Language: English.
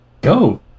Go